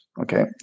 okay